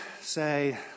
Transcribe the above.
say